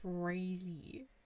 crazy